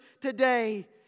today